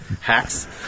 Hacks